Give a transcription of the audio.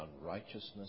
unrighteousness